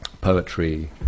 poetry